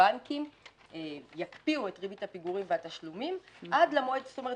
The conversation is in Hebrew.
שהבנקים יקפיאו את ריבית הפיגורים והתשלומים עד למועד --- זאת אומרת,